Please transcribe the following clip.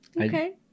Okay